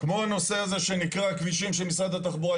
כמו הנושא הזה שנקרא כבישים של משרד התחבורה,